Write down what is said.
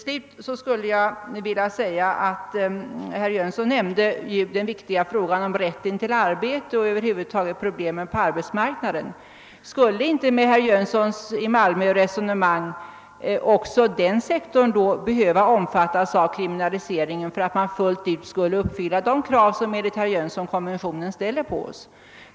Herr Jönsson i Malmö nämnde den viktiga frågan om rätten till arbete och över huvud taget problemen på arbetsmarknaden. Skulle inte med herr Jönssons resonemang också den sektorn behöva omfattas av kriminaliseringen för att vi fullt ut skall uppfylla de krav som konventionen enligt herr Jönsson ställer på oss?